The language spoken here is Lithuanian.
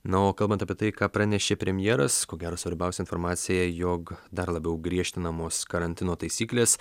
na o kalbant apie tai ką pranešė premjeras ko gero svarbiausia informacija jog dar labiau griežtinamos karantino taisyklės